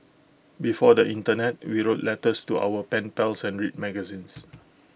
before the Internet we wrote letters to our pen pals and read magazines